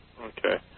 okay